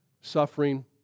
Suffering